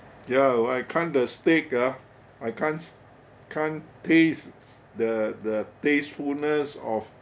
ya why can't the steak ah I can't can't taste the the tastefulness of